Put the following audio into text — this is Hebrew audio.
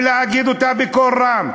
ולהגיד אותה בקול רם.